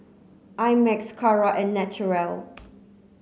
I Max Kara and Naturel